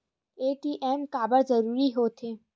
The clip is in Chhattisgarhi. ए.टी.एम काबर जरूरी हो थे?